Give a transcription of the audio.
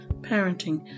parenting